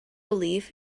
belief